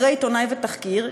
אחרי "עיתונאי" ו"תחקיר",